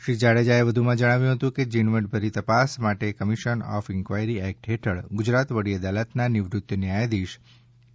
શ્રી જાડેજાએ વધુ માં જણાવ્યુ કે ઝીણવટભરી તપાસ માટેકમિશન ઓફ ઇન્કવાયરી એક્ટ હેઠળ ગુજરાત વડી અદાલતના નિવૃત્ત ન્યાયાધીશ શ્રી કે